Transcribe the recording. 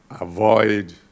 avoid